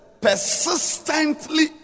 persistently